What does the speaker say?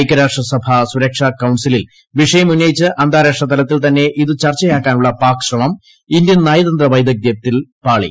ഐക്യരാഷ്ട്ര സഭ സുരക്ഷാ കൌൺസിലിൽ വിഷയം ഉന്നയിച്ച് അന്താരാഷ്ട്ര തലത്തിൽതന്നെ ഇതു ചർച്ചയാക്കാനുള്ള പാക് ശ്രമം ഇന്ത്യൻ നയതന്ത്ര വൈദഗ്ദ്ധ്യത്തിൽ പാളി